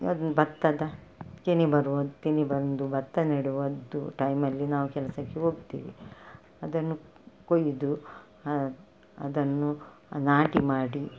ಭತ್ತದ ಕೆನೆ ಬರುವ ತೆನೆ ಬಂದು ಭತ್ತ ನೆಡುವದ್ದು ಟೈಮಲ್ಲಿ ನಾವು ಕೆಲಸಕ್ಕೆ ಹೋಗ್ತೇವೆ ಅದನ್ನು ಕೊಯ್ದು ಅದನ್ನು ನಾಟಿ ಮಾಡಿ